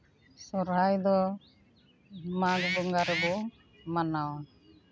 ᱥᱚᱨᱦᱟᱭ ᱫᱚ ᱢᱟᱜᱽ ᱵᱚᱸᱜᱟ ᱨᱮᱵᱚ ᱢᱟᱱᱟᱣᱟ